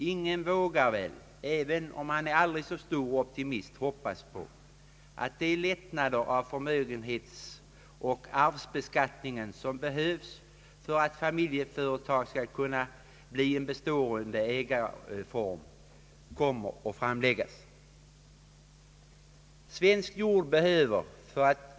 Ingen vågar väl även om han är en aldrig så stor optimist hoppas på att de lättnader av förmögenhetsoch arvsbeskattningen som behövs för att familjeföretag skall kunna bli en bestående ägandeform kommer att framläggas.